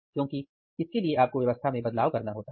क्योंकि इसके लिए आपको व्यवस्था में बदलाव करना होता है